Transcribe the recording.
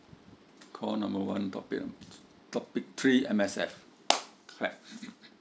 call number one topic topic three M_S_F clap